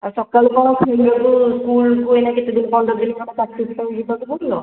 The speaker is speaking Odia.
ଆଉ ସକାଳୁ କଣ ଖେଳିବାକୁ ସ୍କୁଲକୁ ଏଇନା କେତେଦିନ ପନ୍ଦର ଦିନ ଖଣ୍ଡେ ପ୍ରାକ୍ଟିସ ପାଇଁ ଯିବାକୁ ପଡ଼ିବ